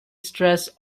stress